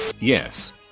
Yes